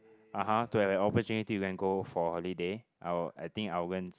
(uh huh) to have an opportunity to you can go for holiday I will I think I will go and